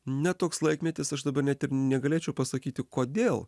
ne toks laikmetis aš dabar net ir negalėčiau pasakyti kodėl